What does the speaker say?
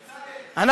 בצלאל,